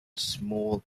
small